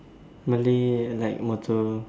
Malays like motor